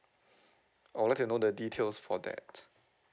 I'd like to know the details for that